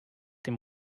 dem